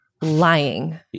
lying